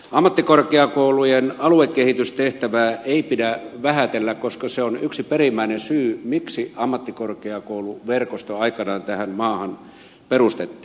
ammattikorkeakoulujen aluekehitystehtävää ei pidä vähätellä koska se on yksi perimmäinen syy miksi ammattikorkeakouluverkosto aikanaan tähän maahan perustettiin